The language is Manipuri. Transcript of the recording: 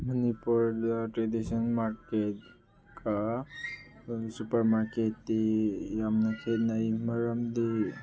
ꯃꯅꯤꯄꯨꯔꯗ ꯇ꯭ꯔꯦꯗꯤꯁꯅꯦꯜ ꯃꯥꯔꯀꯦꯠꯀ ꯁꯨꯄꯔ ꯃꯥꯔꯀꯦꯠꯇꯤ ꯌꯥꯝꯅ ꯈꯦꯠꯅꯩ ꯃꯔꯝꯗꯤ